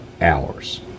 hours